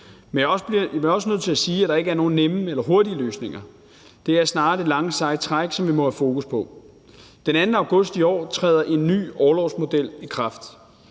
nødt til at sige, at der ikke er nogen nemme eller hurtige løsninger, det er snarere det lange, seje træk, som vi må have fokus på. Den 2. august i år træder en ny orlovsmodel i kraft.